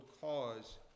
cause